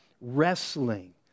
wrestling